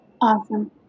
Awesome